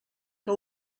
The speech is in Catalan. que